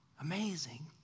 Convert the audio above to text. amazing